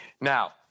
Now